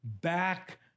back